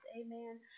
amen